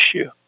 issue